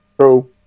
true